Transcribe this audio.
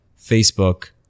Facebook